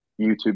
YouTube